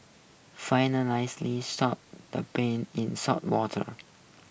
finalisly soak the peels in salted water